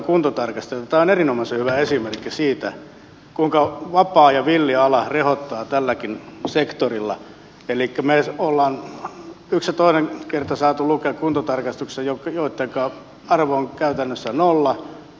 tämä on erinomaisen hyvä esimerkki siitä kuinka vapaa ja villi ala rehottaa tälläkin sektorilla elikkä me olemme yhden ja toisen kerran saaneet lukea kuntotarkastuksista joittenka arvo on käytännössä nolla